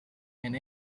and